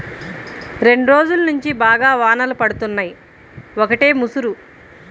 రెండ్రోజుల్నుంచి బాగా వానలు పడుతున్నయ్, ఒకటే ముసురు